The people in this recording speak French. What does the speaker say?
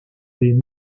les